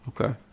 Okay